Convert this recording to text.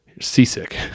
seasick